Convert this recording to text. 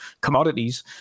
commodities